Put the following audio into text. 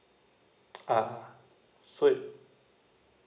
ah so it